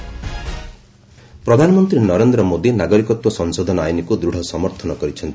PM Pak ପ୍ରଧାନମନ୍ତ୍ରୀ ନରେନ୍ଦ୍ର ମୋଦି ନାଗରିକତ୍ୱ ସଂଶୋଧନ ଆଇନକୁ ଦୃଢ଼ ସମର୍ଥନ କରିଛନ୍ତି